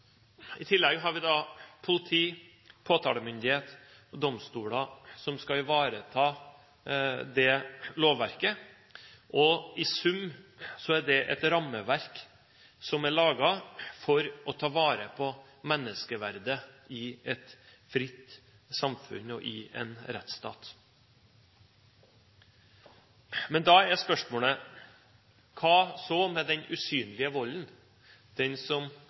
I tillegg har vi politi, påtalemyndighet og domstoler som skal ivareta dette lovverket. I sum er dette et rammeverk som er laget for å ta vare på menneskeverdet i et fritt samfunn og i en rettsstat. Da er spørsmålet: Hva så med den usynlige volden, den som